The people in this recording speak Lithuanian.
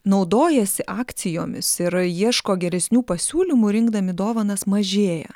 naudojasi akcijomis ir ieško geresnių pasiūlymų rinkdami dovanas mažėja